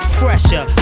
fresher